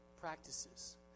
practices